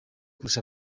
kurusha